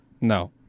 No